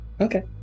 Okay